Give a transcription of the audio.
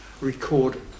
record